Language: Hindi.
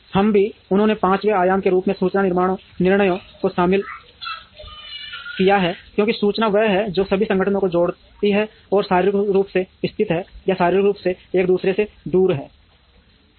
हम भी उन्होंने पाँचवें आयाम के रूप में सूचना निर्णयों को भी शामिल किया है क्योंकि सूचना वह है जो सभी संगठनों को जोड़ती है जो शारीरिक रूप से स्थित हैं या शारीरिक रूप से एक दूसरे से दूर हैं